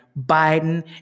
Biden